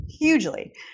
hugely